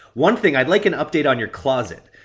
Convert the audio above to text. one thing, i'd like an update on your closet.